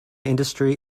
industry